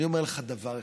אני אומר לך דבר אחד: